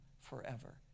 forever